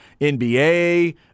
NBA